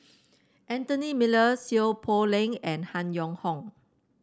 Anthony Miller Seow Poh Leng and Han Yong Hong